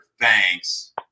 Thanks